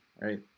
right